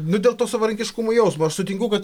nu dėl to savarankiškumo jausmo aš sutinku kad